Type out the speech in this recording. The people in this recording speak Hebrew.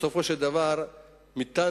בסופו של דבר מיתנו